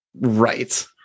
right